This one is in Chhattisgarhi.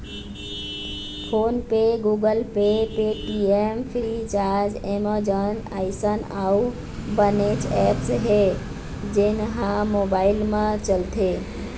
फोन पे, Google Pay, Paytm, Freecharge, Amazon अइसन अउ बनेच ऐप्स हे जेन ह मोबाईल म चलथे